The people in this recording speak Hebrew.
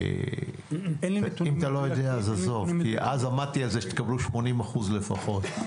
אז עמדתי על זה שתקבלו 80% לפחות.